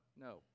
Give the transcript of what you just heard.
no